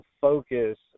focus